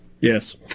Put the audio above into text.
Yes